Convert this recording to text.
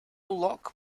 lock